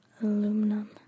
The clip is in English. aluminum